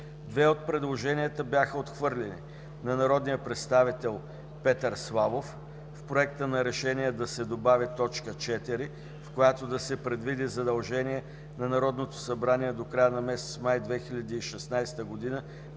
Две от предложенията бяха отхвърлени: на народния представител Петър Славов – в Проекта на решение да се добави т. 4, в която да се предвиди задължение на Народното събрание до края на месец май 2016 г. да